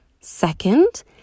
Second